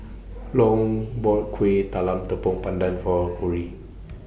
Long bought Kuih Talam Tepong Pandan For Corrie